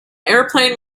airplane